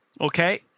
Okay